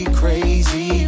crazy